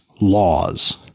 laws